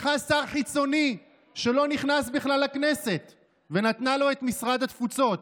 לקחה שר חיצוני שלא נכנס בכלל לכנסת ונתנה לו את משרד התפוצות,